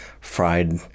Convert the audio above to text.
fried